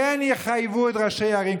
ויחייבו את ראשי הערים.